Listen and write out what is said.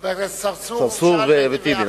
חברי הכנסת צרצור וטיבי.